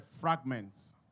fragments